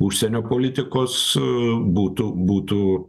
užsienio politikos būtų būtų